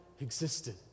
existed